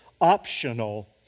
optional